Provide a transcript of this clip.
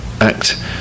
act